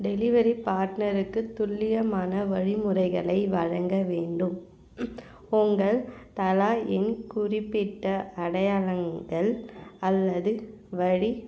delivery பார்ட்னருக்கு துல்லியமான வழிமுறைகளை வழங்க வேண்டும் உங்கள் தள எண் குறிப்பிட்ட அடையாளங்கள் அல்லது வழி